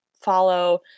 follow